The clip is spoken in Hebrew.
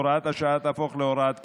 הוראת השעה תהפוך להוראת קבע,